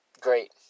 Great